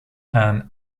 and